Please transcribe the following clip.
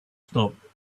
stopped